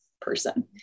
person